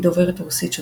היא דוברת רוסית שוטפת.